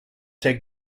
take